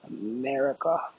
America